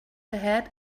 ahead